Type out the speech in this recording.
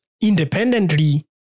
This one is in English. independently